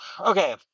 Okay